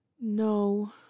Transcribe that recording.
No